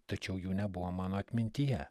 tačiau jų nebuvo mano atmintyje